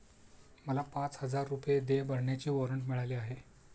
मला पाच हजार रुपये देय भरण्याचे वॉरंट मिळाले आहे